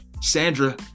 sandra